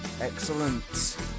Excellent